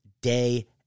Day